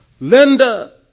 Linda